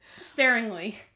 Sparingly